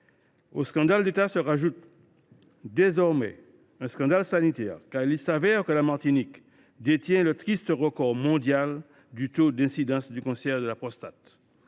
Au scandale d’État s’ajoute désormais un scandale sanitaire, car il s’avère que la Martinique détient le triste record mondial du taux d’incidence du cancer de la prostate.